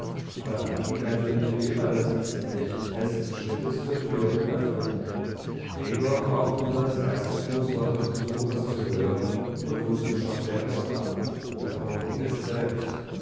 aber dann ging natürlich wie immer das dienstmädchen festen schrittes zur tür und öffnete gregor brauchte nur das erste grußwort des besuchers zu hören und wußte schon wer es war der prokurist selbst